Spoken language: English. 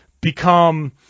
become